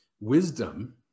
Wisdom